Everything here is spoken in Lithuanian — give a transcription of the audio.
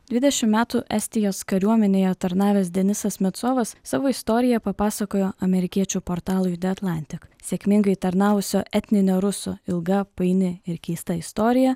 dvidešim metų estijos kariuomenėje tarnavęs denisas metsovas savo istoriją papasakojo amerikiečių portalui the atlantic sėkmingai tarnavusio etninio ruso ilga paini ir keista istorija